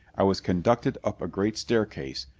i was conducted up a great staircase,